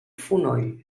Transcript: fonoll